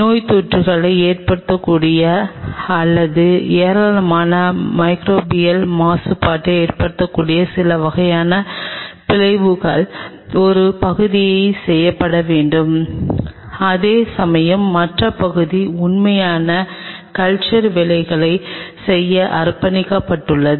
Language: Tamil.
நோய்த்தொற்றுகளை ஏற்படுத்தக்கூடிய அல்லது ஏராளமான மைகிரேபியல் மாசுபாட்டை ஏற்படுத்தக்கூடிய சில வகையான பிளவுகள் ஒரு பகுதியில் செய்யப்பட வேண்டும் அதே சமயம் மற்ற பகுதி உண்மையான கல்ச்சர் வேலைகளைச் செய்ய அர்ப்பணிக்கப்பட்டுள்ளது